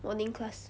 morning class